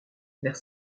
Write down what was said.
vers